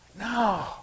No